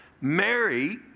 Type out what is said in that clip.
Mary